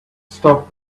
stop